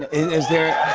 is there